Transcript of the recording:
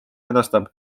edastab